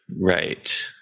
Right